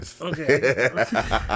Okay